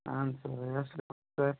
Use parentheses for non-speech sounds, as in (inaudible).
ಹಾಂ ಸರ್ ಎಷ್ಟು (unintelligible)